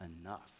enough